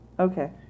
Okay